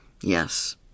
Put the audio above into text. Yes